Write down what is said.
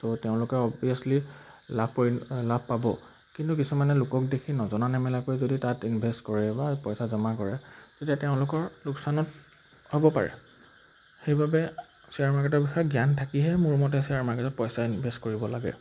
তো তেওঁলোকে অবভিয়াচলি লাভ লাভ পাব কিন্তু কিছুমানে লোকক দেখি নজনা নেমেলাকৈ যদি তাত ইনভেষ্ট কৰে বা পইচা জমা কৰে তেতিয়া তেওঁলোকৰ লোকচানত হ'ব পাৰে সেইবাবে শ্বেয়াৰ মাৰ্কেটৰ বিষয়ে জ্ঞান থাকিহে মোৰ মতে শ্বেয়াৰ মাৰ্কেটত পইচা ইনভেষ্ট কৰিব লাগে